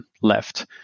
left